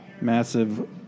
massive